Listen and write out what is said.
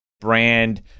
brand